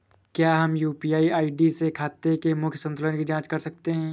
क्या हम UPI ID से खाते के मूख्य संतुलन की जाँच कर सकते हैं?